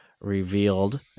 revealed